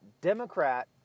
Democrat